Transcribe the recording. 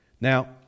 Now